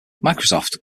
microsoft